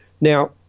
Now